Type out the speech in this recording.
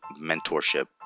mentorship